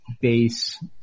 base